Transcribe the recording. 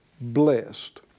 blessed